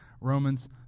Romans